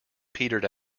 petered